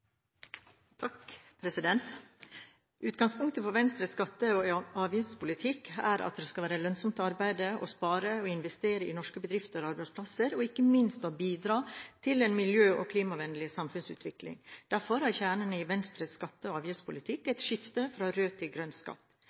at det skal være lønnsomt å arbeide, spare, investere i norske bedrifter og arbeidsplasser og ikke minst bidra til en miljø- og klimavennlig samfunnsutvikling. Derfor er kjernen i Venstres skatte- og avgiftspolitikk et skifte fra rød til grønn skatt.